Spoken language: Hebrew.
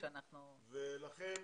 ולכן,